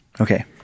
Okay